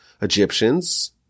Egyptians